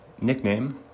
nickname